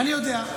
אני יודע.